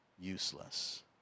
useless